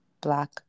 black